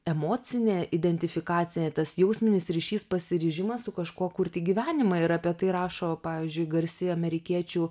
emocinė identifikacija tas jausminis ryšys pasiryžimas su kažkuo kurti gyvenimą ir apie tai rašo pavyzdžiui garsi amerikiečių